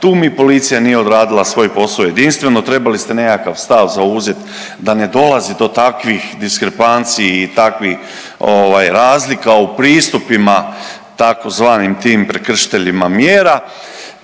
Tu mi policija nije radila svoj posao jedinstveno. Trebali ste nekakav stav zauzet da ne dolazi do takvih diskrepanciji i takvih razlika u pristupima tzv. tim prekršiteljima mjera.